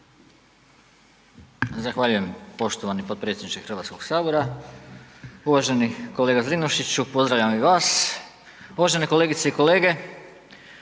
Zahvaljujem poštovani potpredsjedniče HS-a. Uvaženi kolega Zrinušiću pozdravljam i vas, uvažene kolegice i kolege.